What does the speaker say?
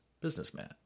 businessman